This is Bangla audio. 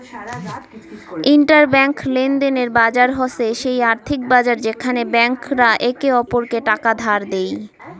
ইন্টার ব্যাঙ্ক লেনদেনের বাজার হসে সেই আর্থিক বাজার যেখানে ব্যাংক রা একে অপরকে টাকা ধার দেই